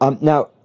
Now